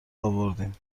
آوردیم